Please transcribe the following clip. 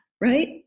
right